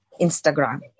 Instagram